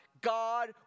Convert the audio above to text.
God